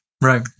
Right